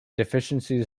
deficiencies